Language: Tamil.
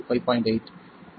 17v